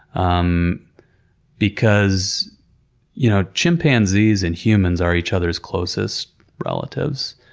um because you know, chimpanzees and humans are each other's closest relatives,